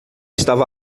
estava